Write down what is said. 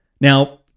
Now